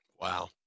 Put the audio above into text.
Wow